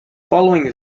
following